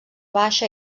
baixa